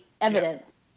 evidence